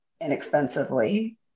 inexpensively